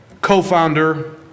co-founder